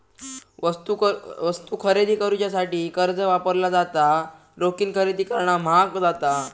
वस्तू खरेदी करुच्यासाठी कर्ज वापरला जाता, रोखीन खरेदी करणा म्हाग जाता